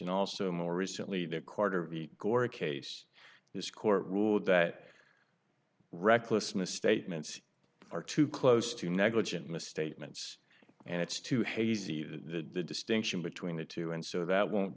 and also more recently that carter v gore a case this court ruled that recklessness statements are too close to negligent misstatements and it's too hazy the distinction between the two and so that won't